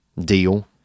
deal